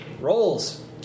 Rolls